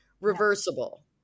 Reversible